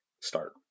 start